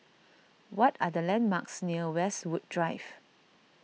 what are the landmarks near Westwood Drive